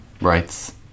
rights